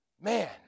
Man